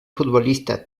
futbolista